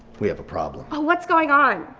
we have problem. what's going on?